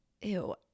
Ew